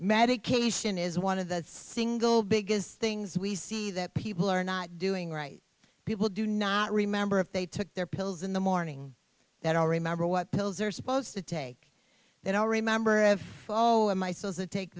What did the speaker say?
medication is one of the single biggest things we see that people are not doing right people do not remember if they took their pills in the morning that all remember what pills are supposed to take that all remember i have zero am i supposed to take